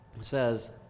says